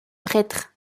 prêtre